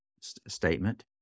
statement